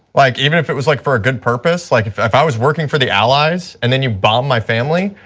like even if it was like for a good purpose, like if if i was working for the allies and then you bomb my family,